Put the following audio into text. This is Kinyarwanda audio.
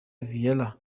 vieira